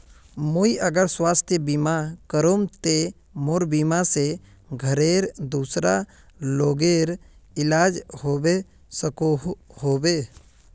मुई अगर स्वास्थ्य बीमा करूम ते मोर बीमा से घोरेर दूसरा लोगेर इलाज होबे सकोहो होबे?